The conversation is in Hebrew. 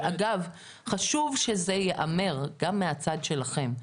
ואגב, חשוב שזה ייאמר גם מהצד שלכם.